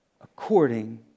according